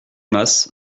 mas